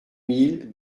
mille